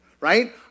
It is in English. right